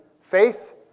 Faith